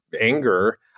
anger